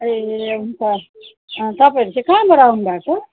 ए हुन्छ तपाईँहरू चाहिँ कहाँबाट आउनुभएको